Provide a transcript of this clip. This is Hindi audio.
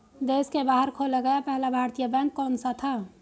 देश के बाहर खोला गया पहला भारतीय बैंक कौन सा था?